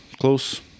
close